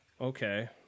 Okay